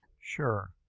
Sure